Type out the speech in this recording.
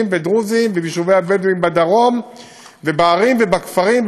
ודרוזיים וביישובי הבדואים בדרום ובערים ובכפרים,